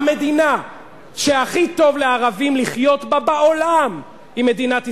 המדינה שהכי טוב לערבים לחיות בה בעולם היא מדינת ישראל,